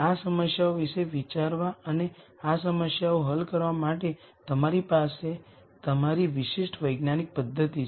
આ સમસ્યાઓ વિશે વિચારવા અને આ સમસ્યાઓ હલ કરવા માટે તમારી પાસે તમારી વિશિષ્ટ વૈજ્ઞાનિક પદ્ધતિ છે